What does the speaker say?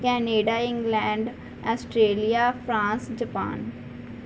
Canada England Australia France Japan